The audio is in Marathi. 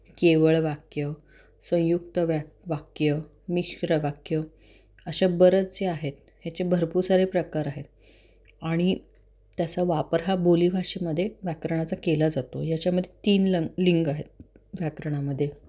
केवळ वाक्य संयुक्त व्या वाक्य मिश्र वाक्य असे बरेचसे आहेत ह्याचे भरपूर सारे प्रकार आहेत अणि त्याचा वापर हा बोलीभाषेमध्ये व्याकरणाचा केला जातो याच्यामध्ये तीन लंग लिंग आहेत व्याकरणामध्ये